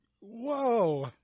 whoa